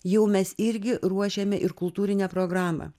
jau mes irgi ruošėme ir kultūrinę programą